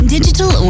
Digital